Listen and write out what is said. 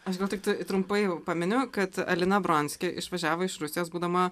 aš gal tiktai trumpai pamini kad alina bronski išvažiavo iš rusijos būdama